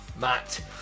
Matt